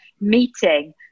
meeting